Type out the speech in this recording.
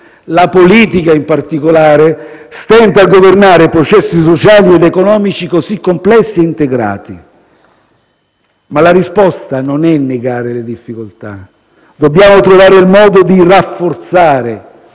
La politica, in particolare, stenta a governare processi sociali ed economici così complessi e integrati. Ma la risposta non è negare le difficoltà. Dobbiamo trovare il modo di rafforzare,